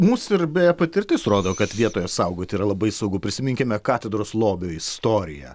mūsų ir beje patirtis rodo kad vietoje saugoti yra labai saugu prisiminkime katedros lobio istoriją